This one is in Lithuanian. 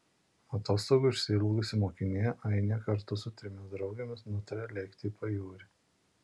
atostogų išsiilgusi mokinė ainė kartu su trimis draugėmis nutaria lėkti į pajūrį